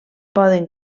poden